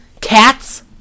Cats